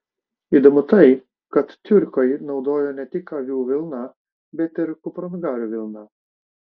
įdomu tai kad tiurkai naudojo ne tik avių vilną bet ir kupranugarių vilną